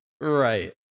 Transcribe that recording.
Right